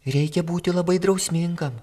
reikia būti labai drausmingam